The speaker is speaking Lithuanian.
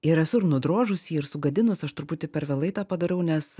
ir esu ir nudrožus jį ir sugadinus aš truputį per vėlai tą padariau nes